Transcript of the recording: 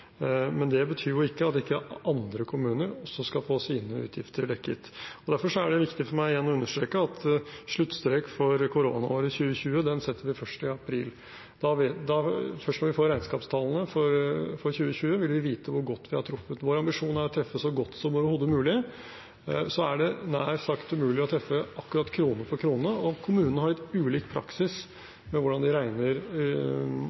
Men det betyr ikke at ikke andre kommuner også skal få sine utgifter dekket. Derfor er det viktig for meg igjen å understreke at sluttstrek for koronaåret 2020 setter vi først i april. Først når vi får regnskapstallene for 2020, vil vi vite hvor godt vi har truffet. Vår ambisjon er å treffe så godt som overhodet mulig. Så er det nær sagt umulig å treffe akkurat krone for krone. Og kommunene har litt ulik